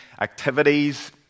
activities